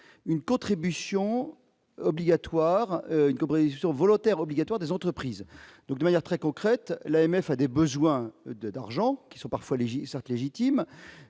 une comme volontaire obligatoire des entreprises, donc de manière très concrète, l'AMF a des besoins de d'argent qui sont parfois léger, certes légitime